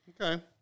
Okay